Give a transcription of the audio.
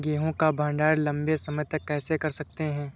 गेहूँ का भण्डारण लंबे समय तक कैसे कर सकते हैं?